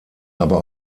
aber